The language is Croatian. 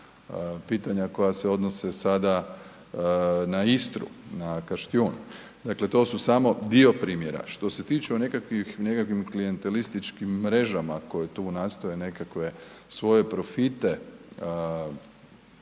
pitanja koja se odnose sada na Istru, na Kaštijun, dakle to su samo dio primjera. Što se tiče o nekakvim klijantelističkim mrežama koje tu nastoje nekakve svoje profite